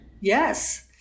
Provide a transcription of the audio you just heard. Yes